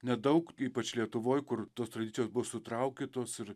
nedaug ypač lietuvoj kur tos tradicijos buvo sutraukytos ir